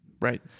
Right